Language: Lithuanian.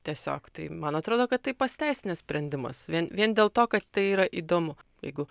tiesiog tai man atrodo kad tai pasiteisinęs sprendimas vien vien dėl to kad tai yra įdomu jeigu